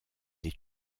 les